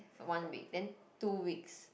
one week then two weeks